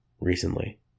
Recently